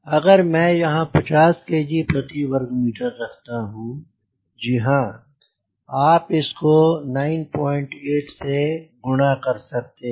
अगर मैं यहाँ 50 kg प्रति वर्ग मीटर रखता हूँ जी हाँ आप इसको 98 से गुना कर सकते हैं